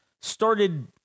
started